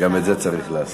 גם את זה צריך לעשות.